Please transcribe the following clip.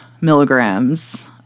milligrams